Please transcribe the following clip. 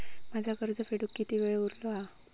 माझा कर्ज फेडुक किती वेळ उरलो हा?